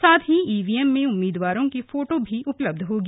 साथ ही ईवीएम में उम्मीदवारों की फोटो भी होगी